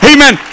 Amen